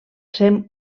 ser